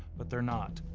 but they're not.